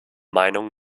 meinung